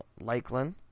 Lakeland